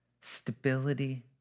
stability